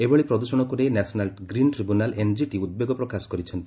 ଏଭଳି ପ୍ରଦୃଷଣକୁ ନେଇ ନ୍ୟାସନାଲ୍ ଗ୍ରୀନ୍ ଟ୍ରିବ୍ୟୁନାଲ୍ ଏନ୍ଜିଟି ଉଦ୍ବେଗ ପ୍ରକାଶ କରିଛନ୍ତି